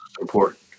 important